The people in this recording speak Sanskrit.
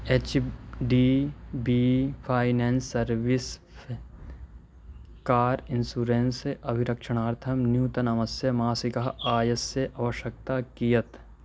H D B finance service car insurance अभिरक्षणार्थं नूतनतमस्य मासिकः आयस्य आवश्यकता कियती